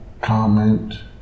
comment